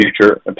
future